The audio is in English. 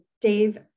Dave